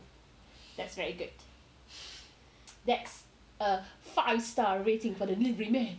that's very good that's a five star rating for the delivery man